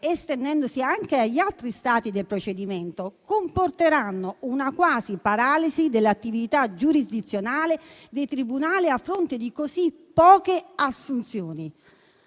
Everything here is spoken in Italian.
estendendosi anche agli altri stati del procedimento, comporteranno quasi una paralisi dell'attività giurisdizionale dei tribunali, a fronte di così poche assunzioni.